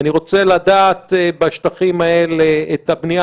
אני רוצה לדעת בשטחים האלה את הבנייה